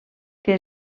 que